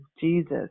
Jesus